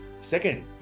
Second